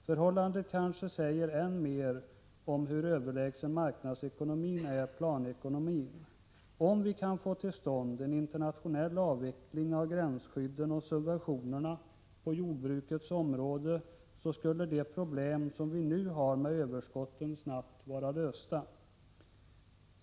Förhållandet säger kanske än mer om hur överlägsen marknadsekonomin är planekonomin. Om vi kan få till stånd en internationell avveckling av gränsskydden och subventionerna på jordbrukets område, skulle problemen med överskotten snabbt vara lösta.